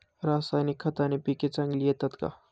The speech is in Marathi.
रासायनिक खताने पिके चांगली येतात का?